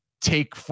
take